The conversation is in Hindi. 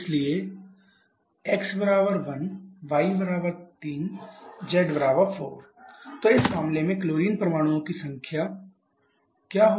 इसलिए x 1 y 3 z 4 तो इस मामले में क्लोरीन परमाणुओं की संख्या